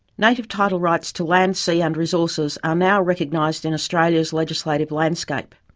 native title rights to land, sea and resources are now recognised in australia's legislative landscape.